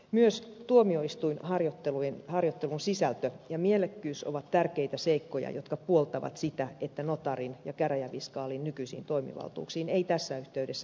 myös tuomioistuinharjoittelun sisältö ja mielekkyys ovat tärkeitä seikkoja jotka puoltavat sitä että notaarin ja käräjäviskaalin nykyisiin toimivaltuuksiin ei tässä yhteydessä puututa